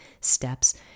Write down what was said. steps